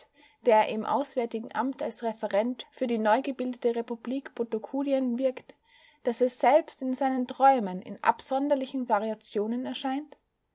der im auswärtigen amt als referent für die neugebildete republik botokudien wirkt daß es selbst in seinen träumen in absonderlichen variationen erscheint